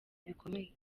bikomeye